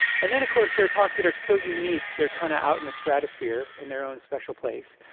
and then, of course, there are talks that are so unique they're kind of out in the stratosphere, in their own special place,